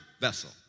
vessel